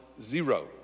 zero